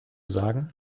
sagen